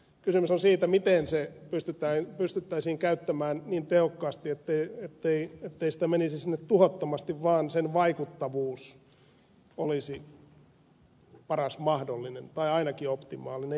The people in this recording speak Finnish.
kysymys on siitä miten se pystyttäisiin käyttämään niin tehokkaasti ettei sitä menisi sinne tuhottomasti vaan sen vaikuttavuus olisi paras mahdollinen tai ainakin optimaalinen